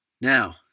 now